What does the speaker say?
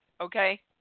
okay